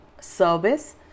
service